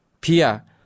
Pia